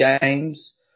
games